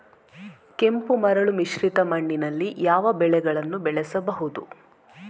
ಕೆಂಪು ಮರಳು ಮಿಶ್ರಿತ ಮಣ್ಣಿನಲ್ಲಿ ಯಾವ ಬೆಳೆಗಳನ್ನು ಬೆಳೆಸಬಹುದು?